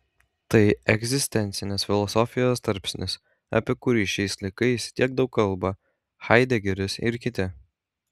tai egzistencinės filosofijos tarpsnis apie kurį šiais laikais tiek daug kalba haidegeris ir kiti